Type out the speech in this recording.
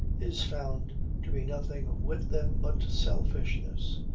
is found to be nothing with them but selfishness,